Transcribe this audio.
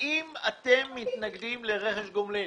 האם אתם מתנגדים לרכש גומלין?